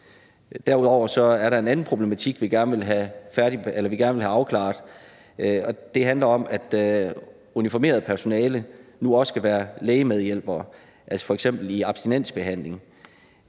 Derudover er der en anden problematik, som vi gerne vil have afklaret, og det handler om, at uniformeret personale nu også skal være lægemedhjælpere, altså f.eks. i abstinensbehandling.